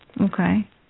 okay